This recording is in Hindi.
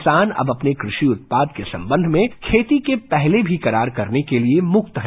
किसान अब अपने कृषि उत्पाद के संबंध में खेती के पहले भी करार करने के लिए मुक्त है